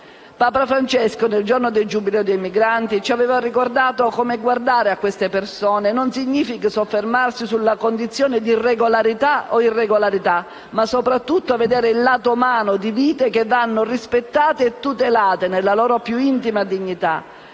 migrante e del rifugiato papa Francesco ci ha ricordato come guardare a queste persone non significhi soffermarsi sulla condizione di regolarità o irregolarità, ma - soprattutto - vedere il lato umano di vite che vanno rispettate e tutelate nella loro più intima dignità.